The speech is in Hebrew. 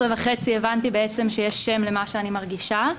כינוי למה שאני מרגישה.